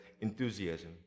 enthusiasm